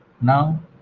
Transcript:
Now